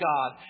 God